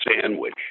sandwich